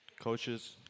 Coaches